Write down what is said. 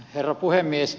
herra puhemies